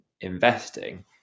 investing